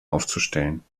aufzustellen